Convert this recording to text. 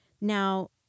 Now